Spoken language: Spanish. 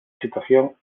situación